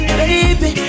baby